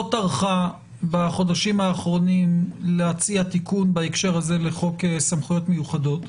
לא טרחה בחודשים האחרונים להציע תיקון בהקשר הזה לחוק סמכויות מיוחדות,